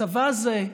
צבא זה",